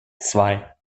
zwei